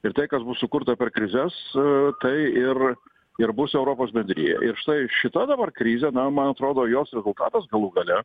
ir tai kas bus sukurta per krizes tai ir ir bus europos bendrija ir štai šita dabar krizė na man atrodo jos rezultatas galų gale